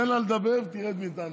תן לי לדבר והיא תרד מאיתנו.